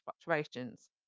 fluctuations